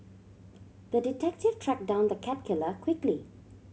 the detective tracked down the cat killer quickly